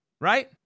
right